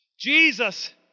Jesus